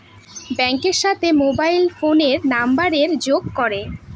ব্যাঙ্কের সাথে মোবাইল ফোনের নাম্বারের যোগ করে